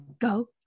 Go